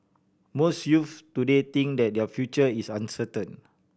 most youths today think that their future is uncertain